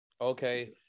Okay